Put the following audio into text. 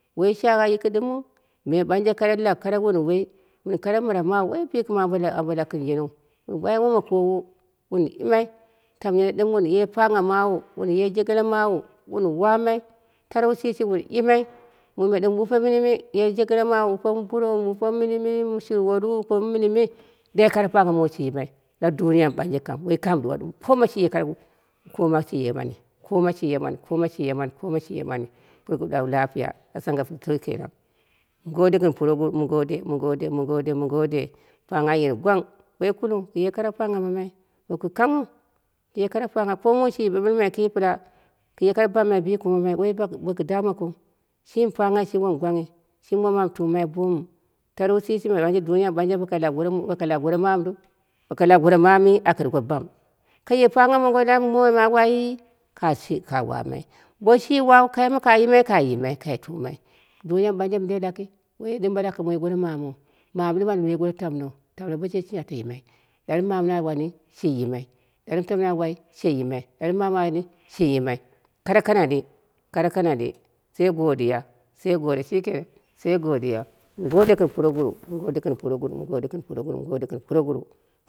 Woi shagha yiki ɗɨmɨu me ɓa kara lab karawunduwoi, mɨn kara mɨra mawu, woi bikɨma lakɨrujenɨu, wun wai woma kowu, wun yimai, tamyen ɗɨmwun ye pangha mawu, munye jegele mawu wuu wamai tarou shishi wan yimai muime ɗɨm wupe minimi ye jegele mawu wun wapu mɨ louro wun wure mɨ minimi mɨ shurworu ko mɨ minimi dai koro pangha mawu shi yimai la duniya mɨ ɓanje kamu shi yimai woi kame mɨ ɗuwa koma shi mani koma shi ye mani koma shi ye mani koma shiye mani puroguruwa ɓag lapiya astapiru shikenan, mɨ ngode gɨn puraguruwu mɨ ngode mɨ ngode mɨ ngode mɨ ngode pangha a ye gwang kuye karo pangha mamai, boku kanghu kusye koro pangha ko muu shi ɓeɓɨmamai ki pɨla kuye kare babmai. Di kumomai woi bau damekɨu shimi panghai wom gwan ghai shimi wom am tumai bomu tarou shishi ɓanje duniya mu ɓauje boko lan goro mamiru, bono lau goro mami aka ɗuko bam kaye oangha mongo mowo ka wai ka shika wamai bo tumai duniya mɨ ɓanja mɨndei wom laki woi dɨm ɓanje aka moi goro mamiu mami ɗɨm au moi goro tam non tamno ɗɨm boshe yiki ata timai, ɗarmɨ mamini a wani shi yimai kare kan aɗi kare kanaɗi sai ngodiyo sai ngodiya shikenan mɨ ngode gɨn puroguruwu mɨ ngode gɨn puroguruwu mɨ ngode gɨn puroguruwu